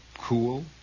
cool